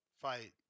fight